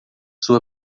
sua